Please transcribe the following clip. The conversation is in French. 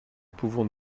pouvons